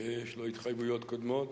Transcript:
שיש לו התחייבויות קודמות